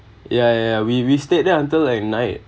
ya ya ya we we stayed there until at night